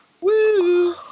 Woo